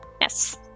Yes